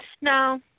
No